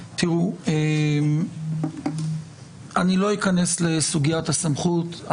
תראו, לא אכנס לסוגיית הסמכות.